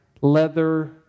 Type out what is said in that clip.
leather